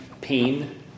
pain